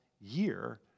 year